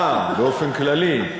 אה, באופן כללי.